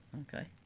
Okay